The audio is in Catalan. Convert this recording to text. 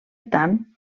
tant